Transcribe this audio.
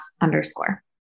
underscore